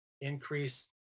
increase